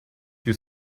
you